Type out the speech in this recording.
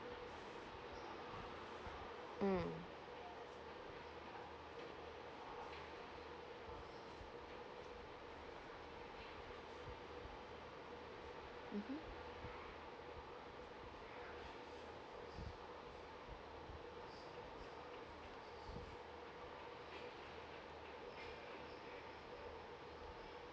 mm mmhmm